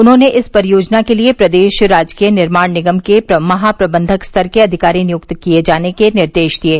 उन्होंने इस परियोजना के लिये प्रर्दश राजकीय निर्माण निगम के महाप्रबंधक स्तर के अधिकारी नियुक्त किये जार्ने के निर्देश दिये